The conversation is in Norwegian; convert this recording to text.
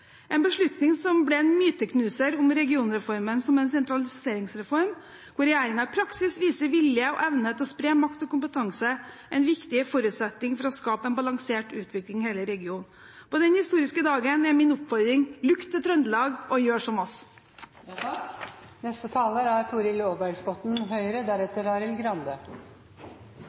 en beslutning som ble en myteknuser om regionreformen som en sentraliseringsreform, hvor regjeringen i praksis viser vilje og evne til å spre makt og kompetanse – en viktig forutsetning for å skape en balansert utvikling i hele regionen. På denne historiske dagen er min oppfordring: «look to Trøndelag» – og gjør som oss! Dagen i dag er